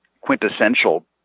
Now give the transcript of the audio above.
quintessential